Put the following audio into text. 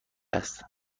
است